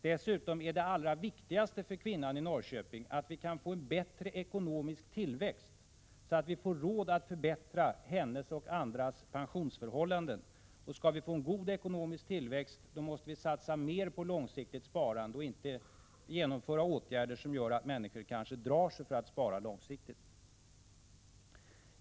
Dessutom är det allra viktigaste för kvinnan i Norrköping att vi kan få bättre ekonomisk tillväxt, så att vi får råd att förbättra hennes och andras pensionsförhållanden. För att vi skall få en god ekonomisk tillväxt måste vi satsa mer på långsiktigt sparande och inte genomföra åtgärder som gör att människor drar sig för att spara långsiktigt.